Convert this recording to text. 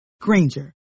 granger